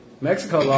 Mexico